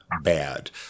bad